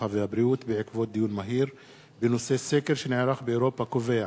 הרווחה והבריאות בעקבות דיון מהיר בנושא: סקר שנערך באירופה קובע: